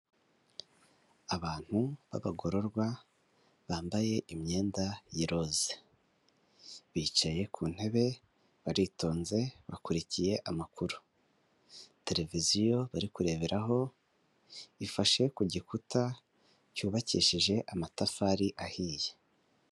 Abantu b'abagororwa bambaye imyenda y'iroza. Bicaye ku ntebe, baritonze, bakurikiye amakuru. Televiziyo bari kureberaho, ifashe ku gikuta cyubakishije amatafari ahiye.